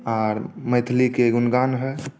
आर मैथिलीके गुणगान होइ